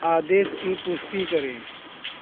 आदेश की पुष्टि करें